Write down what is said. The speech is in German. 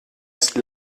ist